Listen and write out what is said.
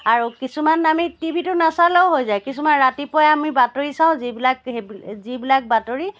আৰু কিছুমান আমি টি ভিটো নাচালেও হৈ যায় কিছুমান ৰাতিপুৱাই আমি বাতৰি চাওঁ যিবিলাক যিবিলাক বাতৰি